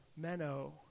Menno